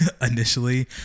initially